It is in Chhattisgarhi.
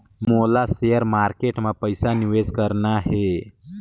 मोला शेयर मार्केट मां पइसा निवेश करना हे?